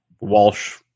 Walsh